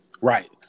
Right